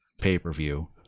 pay-per-view